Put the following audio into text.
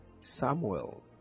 Samuel